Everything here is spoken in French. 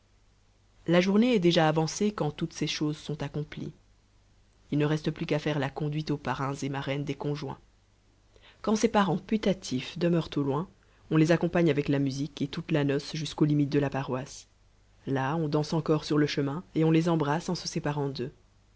la journée est déjà avancée quand toutes ces choses sont accomplies il ne reste plus qu'à faire la conduite aux parrains et marraines des conjoints quand ces parents putatifs demeurent au loin on les accompagne avec la musique et toute la noce jusqu'aux limites de la paroisse là on danse encore sur le chemin et on les embrasse en se séparant d'eux